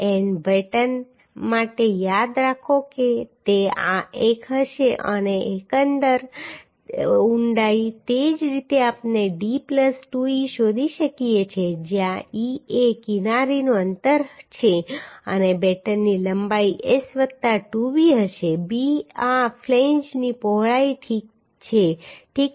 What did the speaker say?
and batten માટે યાદ રાખો કે તે આ એક હશે અને એકંદર ઊંડાઈ તે જ રીતે આપણે d પ્લસ 2e શોધી શકીએ છીએ જ્યાં e એ કિનારીનું અંતર છે અને બેટનની લંબાઈ S વત્તા 2b હશે b આ ફ્લેંજની પહોળાઈ છે ઠીક છે